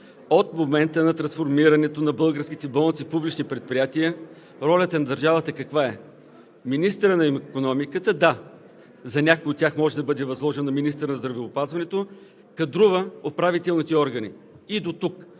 От момента на трансформирането на българските болници в публични предприятия ролята на държавата каква е? Министърът на икономиката! Да, за някои от тях може да бъде възложено на министъра на здравеопазването да кадрува управителните органи и дотук.